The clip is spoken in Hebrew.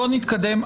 בוא נתקדם.